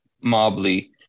Mobley